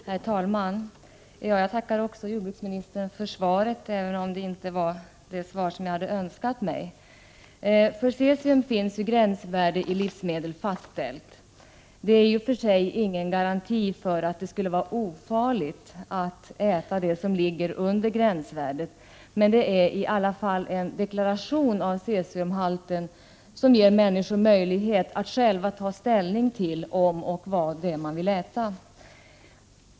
Herr talman! Också jag tackar jordbruksministern för svaret, även om det inte var det svar jag hade önskat mig. För cesium finns ju ett fastställt gränsvärde för livsmedel. Det är i och för sig ingen garanti att det skulle vara ofarligt att äta det som ligger under gränsvärdet, men det är i alla fall en deklaration av cesiumhalten som ger människor möjlighet att själva ta ställning till vad de vill äta.